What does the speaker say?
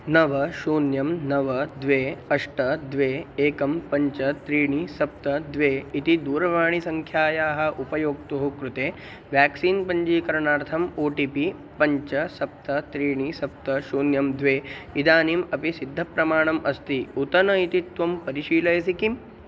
नव शून्यं नव द्वे अष्ट द्वे एकं पञ्च त्रीणि सप्त द्वे इति दूरवाणीसङ्ख्यायाः उपयोक्तुः कृते व्याक्सीन् पञ्जीकरणार्थम् ओ टि पि पञ्च सप्त त्रीणि सप्त शून्यं द्वे इदानीम् अपि सिद्धप्रमाणम् अस्ति उत न इति त्वं परिशीलयसि किम्